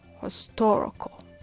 historical